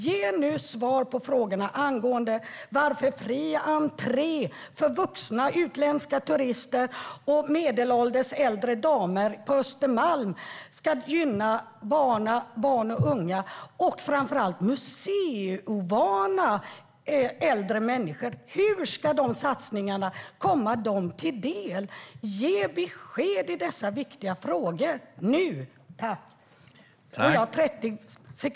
Ge nu svar på frågan om hur fri entré för vuxna, utländska turister och medelålders äldre damer på Östermalm ska gynna barn och unga och framför allt museiovana äldre människor. Hur ska denna satsning komma dem till del? Ge besked i dessa viktiga frågor nu, tack!